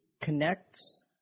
connects –